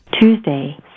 Tuesday